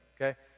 okay